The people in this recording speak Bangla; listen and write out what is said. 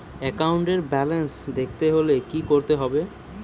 একাউন্টের ব্যালান্স দেখতে হলে কি করতে হবে?